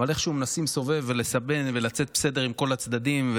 אבל איכשהו מנסים לסובב ולסבן ולצאת בסדר עם כל הצדדים,